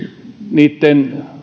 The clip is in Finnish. niitten